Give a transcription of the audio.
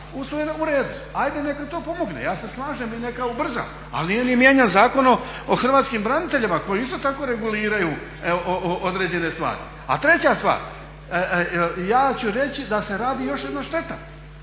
U redu. Ajde neka to pomogne, ja se slažem, i neka ubrza. Ali nije ni mijenjan ni Zakon o hrvatskim braniteljima koji isto tako regulira određene stvari. A treća stvar, ja ću reći da se radi još jedna šteta,